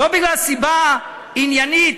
לא בגלל סיבה עניינית,